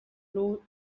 know